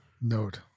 note